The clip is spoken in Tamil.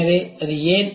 எனவே அது ஏன்